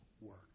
work